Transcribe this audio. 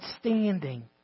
standing